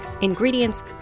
ingredients